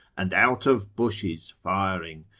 and out of bushes firing.